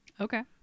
Okay